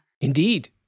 Indeed